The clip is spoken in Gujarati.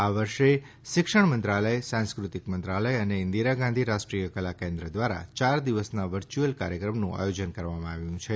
આ વર્ષે શિક્ષણ મંત્રાલય સાંસ્કૃતિક મંત્રાલય અને ઈન્દિરા ગાંધી રાષ્ટ્રીય કલા કેન્દ્ર દ્વારા ચાર દિવસના વર્ચ્યુઅલ કાર્યક્રમનું આયોજન કરવામાં આવ્યું છે